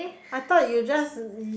I thought you just you